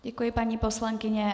Děkuji, paní poslankyně.